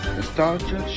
Nostalgia